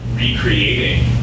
recreating